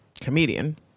comedian